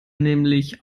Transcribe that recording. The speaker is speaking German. nämlich